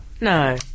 No